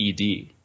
ED